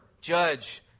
Judge